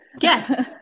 yes